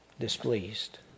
displeased